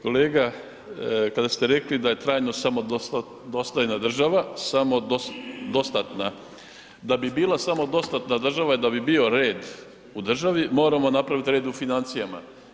Kolega, kada ste rekli da je trajno samodostojna država, samodostatna, da bi bila samodostatna država i da bi bio red u državi, moramo napraviti red u financijama.